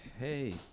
Hey